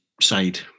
side